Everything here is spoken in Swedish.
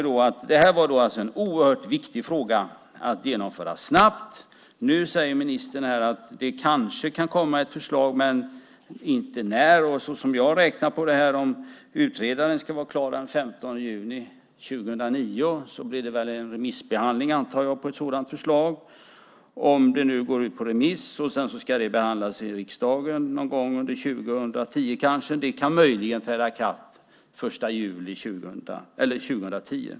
Det här var alltså en oerhört viktig fråga att genomföra snabbt. Nu säger ministern att det kanske kan komma ett förslag men inte när. Utredaren ska vara klar den 15 juni 2009, och sedan blir det väl en remissbehandling av ett sådant förslag. Sedan ska det behandlas i riksdagen någon gång under 2010. Det kan möjligen träda i kraft den 1 juli 2010.